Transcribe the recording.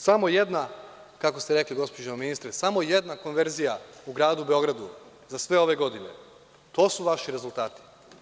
Samo jedna, kako ste rekli, gospođo ministre, samo jedna konverzija u gradu Beogradu za sve ove godine, to su vaši rezultati.